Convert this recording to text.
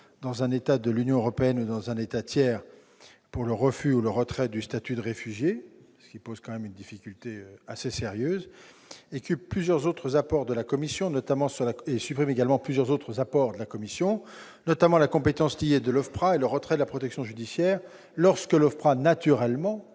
dans un État de l'Union européenne ou dans un État tiers pour le refus ou le retrait du statut de réfugié, ce qui pose tout de même une difficulté assez sérieuse. L'amendement tend également à supprimer plusieurs autres apports de la commission, notamment sur la compétence liée de l'OFPRA pour le retrait de la protection subsidiaire. Lorsque l'OFPRA, après